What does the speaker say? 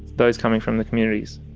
those coming from the communities.